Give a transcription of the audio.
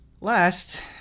Last